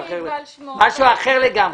זה משהו אחר לגמרי.